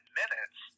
minutes